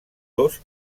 dos